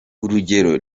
urugero